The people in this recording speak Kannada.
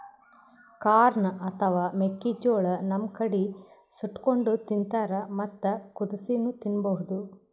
ಕಾರ್ನ್ ಅಥವಾ ಮೆಕ್ಕಿಜೋಳಾ ನಮ್ ಕಡಿ ಸುಟ್ಟಕೊಂಡ್ ತಿಂತಾರ್ ಮತ್ತ್ ಕುದಸಿನೂ ತಿನ್ಬಹುದ್